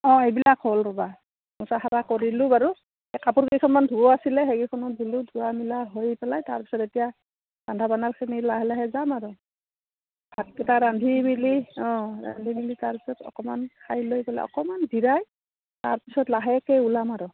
অঁ এইবিলাক হ'ল ৰ'বা মোচা সাৰা কৰিলোঁ বাৰু এই কাপোৰ কেইখনমান ধুব আছিলে সেইকেইখনো দিলোঁ ধোৱা মিলা হৈ পেলাই তাৰপিছত এতিয়া ৰান্ধা লাহে লাহে যাম আৰু ভাতকিটা ৰান্ধি মেলি অঁ ৰান্ধি মেলি তাৰপিছত অকমান খাই লৈ পেলাই অকমান জিৰাই তাৰপিছত লাহেকে ওলাম আৰু